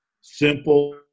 simple